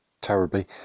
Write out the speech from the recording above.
terribly